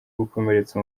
gukomeretsa